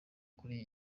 kuri